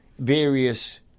various